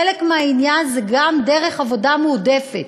חלק מהעניין זה גם דרך עבודה מועדפת.